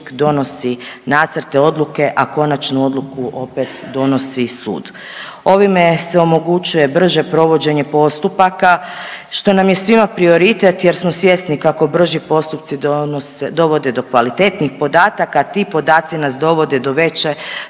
donosi nacrte, odluke, a konačnu odluku opet donosi sud. Ovime se omogućuje brže provođenje postupaka što nam je svima prioritet jer smo svjesni kako brži postupci dovode do kvalitetnijih podataka, ti podaci nas dovode do veće